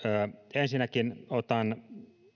ensinnäkin otan